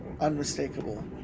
unmistakable